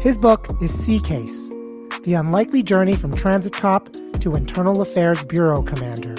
his book is c case the unlikely journey from transit cop to internal affairs bureau. commander